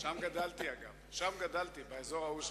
שם גדלתי, באזור ההוא.